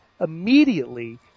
immediately